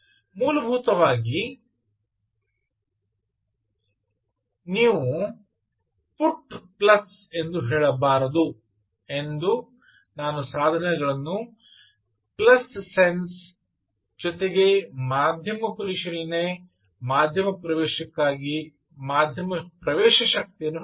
ಮೂಲಭೂತವಾಗಿ ನೀವು "put plus" ಎಂದು ಹೇಳಬಾರದು ನಾನು ಸಾಧನಗಳನ್ನು "ಪ್ಲಸ್ ಸೆನ್ಸ್" ಜೊತೆಗೆ ಮಧ್ಯಮ ಪರಿಶೀಲನೆ ಮಾಧ್ಯಮ ಪ್ರವೇಶಕ್ಕಾಗಿ ಮಾಧ್ಯಮ ಪ್ರವೇಶ ಶಕ್ತಿಯನ್ನು ಹೇಳುತ್ತೇನೆ